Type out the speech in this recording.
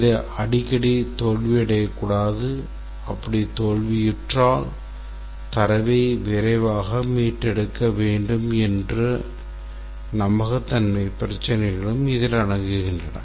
இது அடிக்கடி தோல்வியடையக்கூடாது அப்படி தோல்வியுற்றால் தரவை விரைவாக மீட்டெடுக்க வேண்டும் என்ற நம்பகத்தன்மை பிரச்சினைகளும் இதில் அடங்கும்